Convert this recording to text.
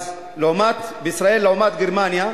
בישראל לעומת גרמניה,